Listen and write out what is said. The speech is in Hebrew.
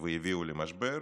והביאו למשבר,